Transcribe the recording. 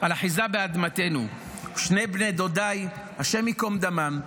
על אחיזה באדמתנו, ושני בני דודיי, השם ייקום דמם,